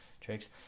tricks